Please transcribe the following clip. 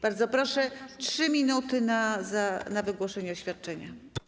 Bardzo proszę, 3 minuty na wygłoszenie oświadczenia.